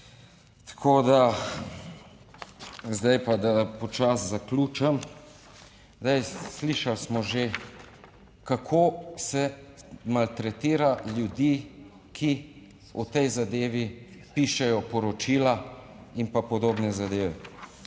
Tako da zdaj pa da počasi zaključim, zdaj slišali smo že kako se maltretira ljudi, ki o tej zadevi pišejo poročila in pa podobne zadeve.